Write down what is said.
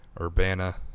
Urbana